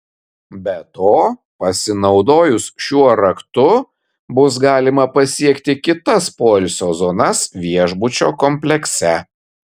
be to pasinaudojus šiuo raktu bus galima pasiekti kitas poilsio zonas viešbučio komplekse